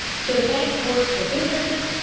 so the bank works for businesses,